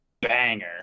banger